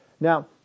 Now